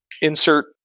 insert